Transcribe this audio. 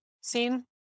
seen